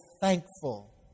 thankful